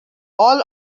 all